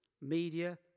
media